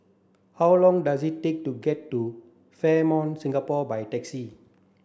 how long does it take to get to Fairmont Singapore by taxi